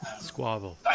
Squabble